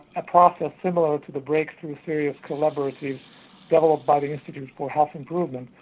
a process similar to the breakthrough period collaborative developed by the institute for health improvement,